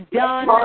done